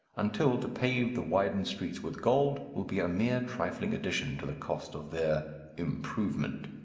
until to pave the widened streets with gold will be a mere trifling addition to the cost of their improvement.